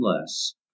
less